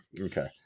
Okay